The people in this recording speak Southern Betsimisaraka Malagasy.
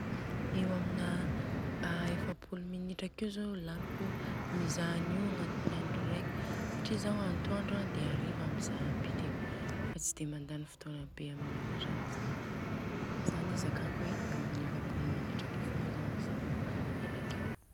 Eo amina a efapolo minitra akeo zô laniko mizaha anio agnatiny andro reka satria zao antoandro de ariva mizaha bitika. Zany izakako hoe amin'ny efapolo minitra fogna zaho farany be akeo.